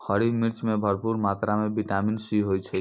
हरी मिर्च मॅ भरपूर मात्रा म विटामिन सी होय छै